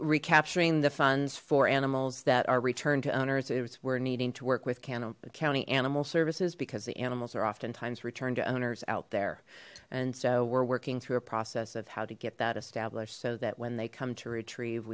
recapturing the funds for animals that are returned to owners is we're needing to work with kanno county animal services because the animals are oftentimes returned to owners out there and so we're working through a process of how to get that established so that when they come to retrieve